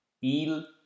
Il